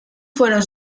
fueron